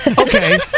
okay